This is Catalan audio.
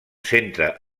centre